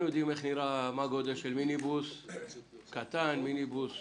יודעים מה הגודל של מיניבוס קטן, מיניבוס